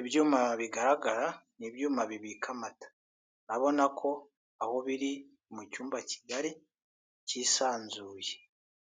Ibyuma bigaragara ni ibyuma bibika amata urabona ko aho biri mucyumba kigari kandi kisanzuye,